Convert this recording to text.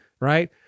right